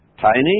Tiny